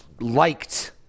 liked